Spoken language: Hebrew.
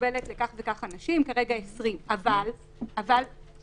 הסיפור של הפעוטות הוא סיפור דרמטי למשק,